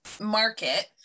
market